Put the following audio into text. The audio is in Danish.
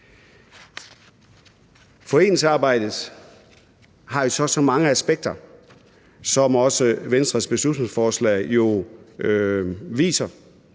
Foreningsarbejdet har så mange aspekter, som også Venstres beslutningsforslag jo viser.